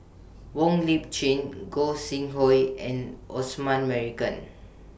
Wong Lip Chin Gog Sing Hooi and Osman Merican